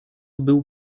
był